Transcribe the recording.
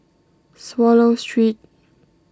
Swallow Street